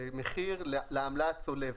מחיר לעמלה הצולבת.